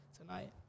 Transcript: tonight